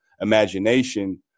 imagination